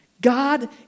God